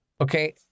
Okay